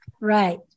Right